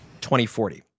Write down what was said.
2040